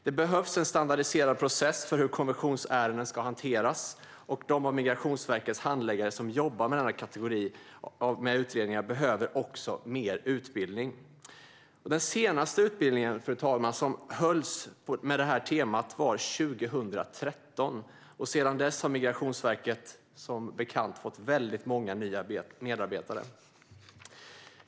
Det behövs en standardiserad process för hur konversionsärenden ska hanteras, och de av Migrationsverkets handläggare som jobbar med denna kategori utredningar behöver också mer utbildning. Den senaste utbildningen, fru talman, som hölls på det temat var 2013. Sedan dess har Migrationsverket, som bekant, fått många nya medarbetare.